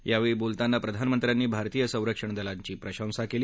यावेळी बोलताना प्रधानमंत्र्यांनी भारतीय संरक्षण दलांची प्रशंसा केली